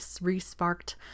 re-sparked